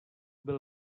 byl